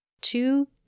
two